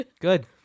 good